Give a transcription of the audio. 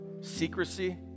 secrecy